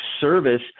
service